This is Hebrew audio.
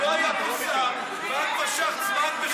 לא יכול להיות, חבר הכנסת יואל חסון.